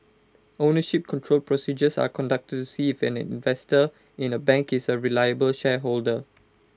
ownership control procedures are conducted to see if an investor in A bank is A reliable shareholder